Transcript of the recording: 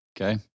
Okay